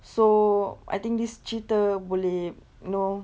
so I think this cerita boleh you know